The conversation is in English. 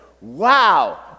Wow